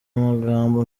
magambo